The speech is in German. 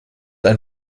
ein